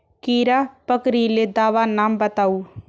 कीड़ा पकरिले दाबा नाम बाताउ?